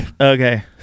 okay